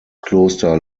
kloster